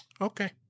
okay